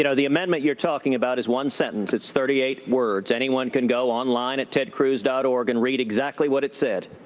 you know the amendment you're talking about is one sentence it's thirty eight words. anyone can go online at tedcruz dot org and read exactly what it said.